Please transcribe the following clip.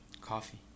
coffee